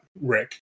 rick